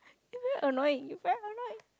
you very annoying you very annoying